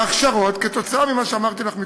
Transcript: ההכשרות, כתוצאה ממה שאמרתי לךְ